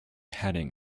heading